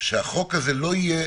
שהחוק הזה לא יהיה